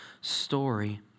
story